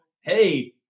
hey